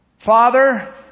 Father